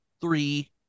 three